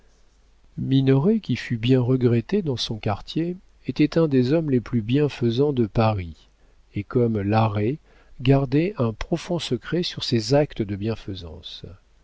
minoret qui fut bien regretté dans son quartier était un des hommes les plus bienfaisants de paris et comme larrey gardait un profond secret sur ses actes de bienfaisance